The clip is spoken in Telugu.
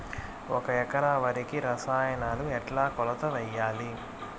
ఒక ఎకరా వరికి రసాయనాలు ఎట్లా కొలత వేయాలి?